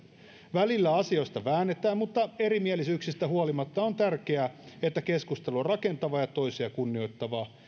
välillä asioista väännetään mutta erimielisyyksistä huolimatta on tärkeää että keskustelu on rakentavaa ja toisia kunnioittavaa